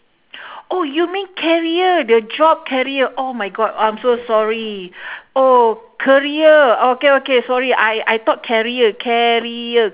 oh you mean career the job career oh my god I'm so sorry oh career okay okay sorry I I thought carrier carrier